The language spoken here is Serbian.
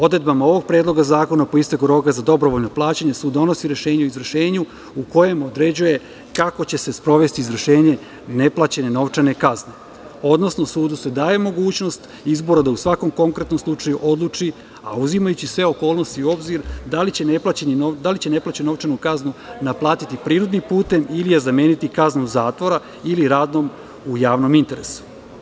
Odredbama ovog predloga zakona po isteku roka za dobrovoljno plaćanje sud donosi rešenje o izvršenju u kojem određuje kako će se sprovesti izvršenje neplaćene novčane kazne, odnosno sudu se daje mogućnost izbora da u svakom konkretnom slučaju odluči, a uzimajući sve okolnosti u obzir, da li će neplaćenu novčanu kaznu naplatiti prinudnim putem ili je zameniti kaznom zatvora ili radom u javnom interesu.